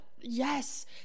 Yes